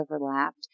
overlapped